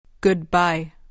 Goodbye